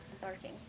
barking